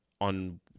On